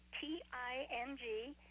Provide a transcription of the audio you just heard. T-I-N-G